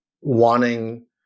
wanting